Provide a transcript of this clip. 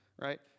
right